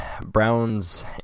Browns